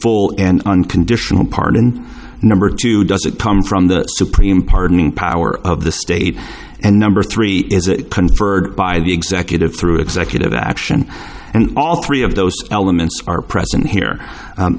full and unconditional pardon number two does it come from the supreme pardoning power of the state and number three is it conferred by the executive through executive action and all three of those elements are present here